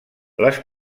les